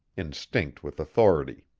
instinct with authority.